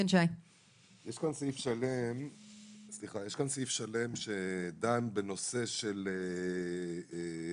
יש כאן סעיף שלם שדן בנושא של בדיקות,